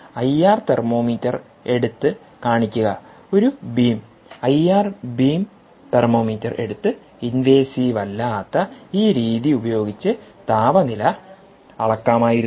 IR thermometer എടുത്ത് കാണിക്കുക ഒരു ബീം ഐആർ ബീം തെർമോമീറ്റർ എടുത്ത് ഇൻവേസീവ് അല്ലാത്ത ഈ രീതി ഉപയോഗിച്ച് താപനില അളക്കാമായിരുന്നു